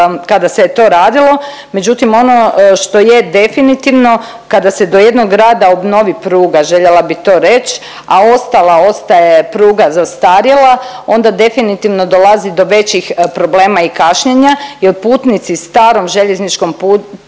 kada se je to radilo. Međutim ono što je definitivno kada se do jednog grada obnovi pruga, željela bi to reć, a ostala ostaje pruga zastarjela onda definitivno dolazi do većih problema i kašnjenja jel putnici starom željezničkom prugom